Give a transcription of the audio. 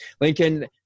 Lincoln